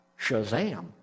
Shazam